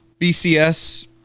BCS